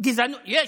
Black coalition.